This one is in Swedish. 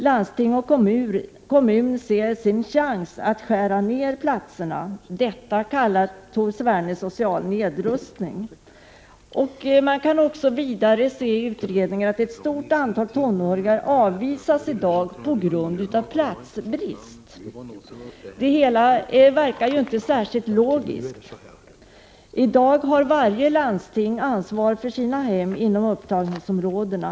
Landsting och kommun ser då sin chans att skära ner platserna. Detta kallar Tor Sverne social nedrustning. Samtidigt visar utredningen att ett stort antal tonåringar i dag avvisas på grund av platsbrist. Det hela verkar inte särskilt logiskt! I dag har varje landsting ansvar för sina hem inom upptagningsområdena.